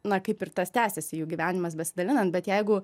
na kaip ir tas tęsiasi jų gyvenimas besidalinant bet jeigu